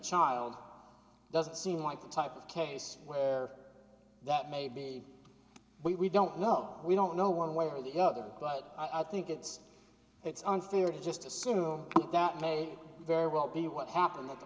child doesn't seem like the type of case where that may be but we don't know we don't know one way or the other but i think it's it's unfair to just assume that may very well be what happened that the